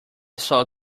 saw